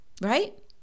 right